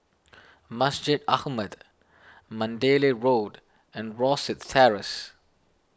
Masjid Ahmad Mandalay Road and Rosyth Terrace